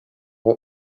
rang